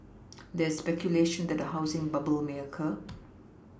there is speculation that a housing bubble may occur